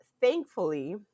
thankfully